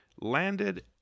landed